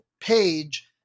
page